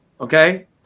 okay